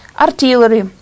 artillery